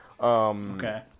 Okay